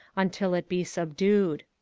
until it be subdued.